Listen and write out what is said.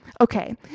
Okay